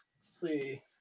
see